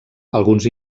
alguns